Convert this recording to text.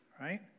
right